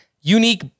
unique